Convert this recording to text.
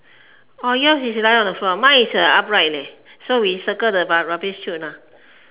oh yours is lying on the floor ah mine is uh upright leh so we circle the rubbish chute lah